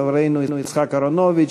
חברנו יצחק אהרונוביץ,